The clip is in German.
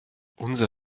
unser